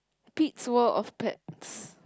Pete's World of Pets